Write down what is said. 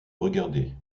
regarder